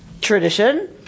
tradition